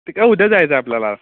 तिकडं उद्या जायचं आहे आपल्याला